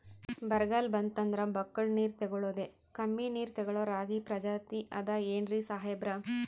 ಬರ್ಗಾಲ್ ಬಂತಂದ್ರ ಬಕ್ಕುಳ ನೀರ್ ತೆಗಳೋದೆ, ಕಮ್ಮಿ ನೀರ್ ತೆಗಳೋ ರಾಗಿ ಪ್ರಜಾತಿ ಆದ್ ಏನ್ರಿ ಸಾಹೇಬ್ರ?